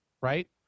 Right